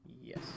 yes